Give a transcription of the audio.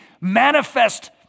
manifest